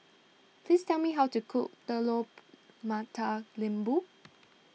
please tell me how to cook Telur Mata Lembu